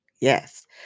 yes